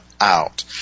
out